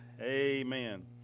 Amen